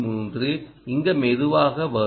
3 இங்கு மிக மெதுவாக வரும்